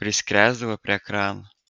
priskresdavo prie ekrano